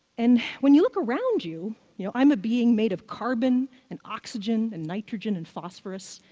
and when you look around you, you know, i'm a being made of carbon, and oxygen, and nitrogen, and phosphorus.